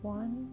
one